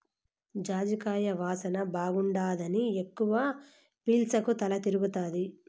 జాజికాయ వాసన బాగుండాదని ఎక్కవ పీల్సకు తల తిరగతాది